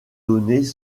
données